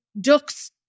ducks